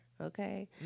Okay